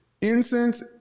Incense